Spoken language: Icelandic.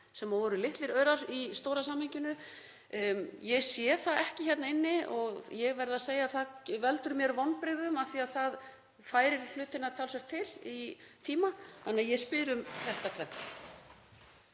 sem voru litlir aurar í stóra samhenginu. Ég sé það ekki hérna inni og ég verð að segja að það veldur mér vonbrigðum af því að það færir hlutina talsvert til í tíma. Þannig að ég spyr um þetta tvennt.